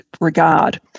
regard